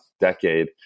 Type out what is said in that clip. decade